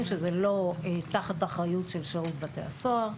שזה לא תחת אחריות של שירות בתי הסוהר.